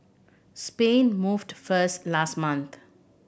Spain moved first last month